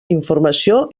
informació